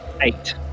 eight